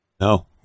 No